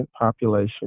population